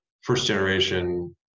first-generation